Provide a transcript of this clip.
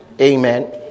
Amen